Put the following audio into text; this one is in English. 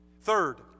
Third